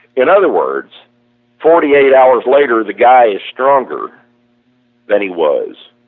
in other words forty eight hours later the guy is stronger than he was,